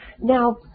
Now